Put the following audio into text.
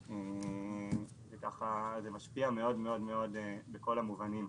זה משפיע מאוד מאוד מאוד בכל המובנים.